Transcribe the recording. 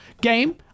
game